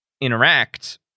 interact